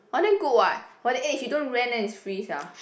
oh then good what for that age he don't rent then is free sia